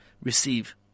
receive